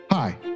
Hi